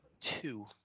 two